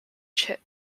chip